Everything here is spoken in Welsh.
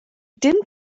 dim